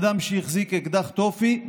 אדם שהחזיק אקדח תופי,